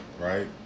Right